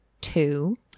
Two